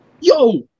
Yo